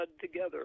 together